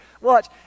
Watch